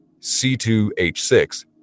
C2H6